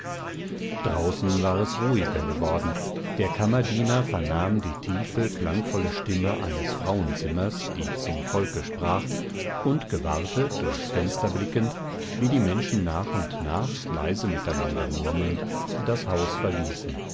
draußen war es ruhiger geworden der kammerdiener vernahm die tiefe klangvolle stimme eines frauenzimmers die zum volke sprach und gewahrte durchs fenster blickend wie die menschen nach und nach leise miteinander murmelnd das haus verließen